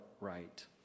right